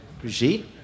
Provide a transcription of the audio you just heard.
Brigitte